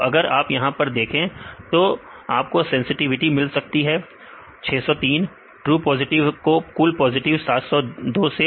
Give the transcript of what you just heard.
तो अगर आप यहां पर देखें तो आपको सेंसटिविटी मिल सकती है 603 ट्रू पॉजिटिव को कुल पॉजिटिव 702 से